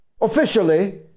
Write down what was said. officially